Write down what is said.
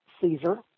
Caesar